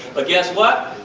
but guess what?